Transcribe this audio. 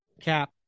cap